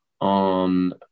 on